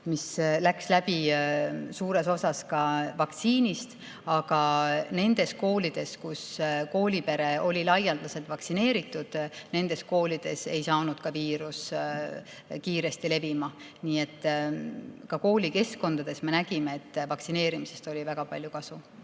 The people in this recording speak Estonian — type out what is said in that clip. mis läks suures osas läbi ka vaktsiini[kaitsest]. Aga nendes koolides, kus koolipere oli laialdaselt vaktsineeritud, ei hakanud ka see viirus kiiresti levima. Nii et koolikeskkondades me nägime, et vaktsineerimisest oli väga palju kasu.